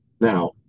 now